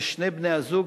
ששני בני-הזוג,